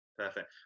Perfect